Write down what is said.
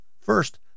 First